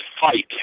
fight